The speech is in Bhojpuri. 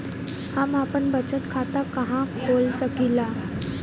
हम आपन बचत खाता कहा खोल सकीला?